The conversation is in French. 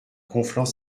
conflans